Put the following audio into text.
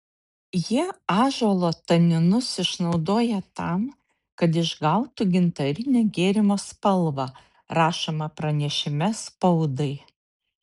jie ąžuolo taninus išnaudoja tam kad išgautų gintarinę gėrimo spalvą rašoma pranešime spaudai